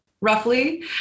roughly